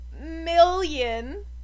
million